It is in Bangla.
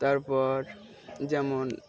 তারপর যেমন